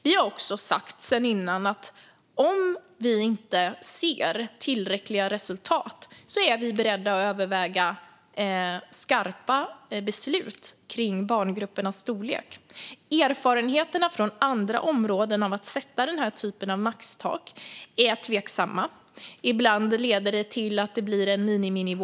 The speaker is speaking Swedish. Vi har också sagt sedan tidigare att vi om vi inte ser tillräckliga resultat är beredda att överväga skarpa beslut om barngruppernas storlek. Erfarenheter från andra områden av att sätta den typen av maxtak är tveksamma. Ibland leder det i stället till att det blir en miniminivå.